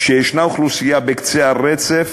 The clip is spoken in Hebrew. שיש אוכלוסייה בקצה הרף,